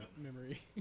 memory